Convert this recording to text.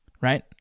right